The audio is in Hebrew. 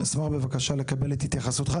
אשמח בבקשה לקבל את התייחסותך.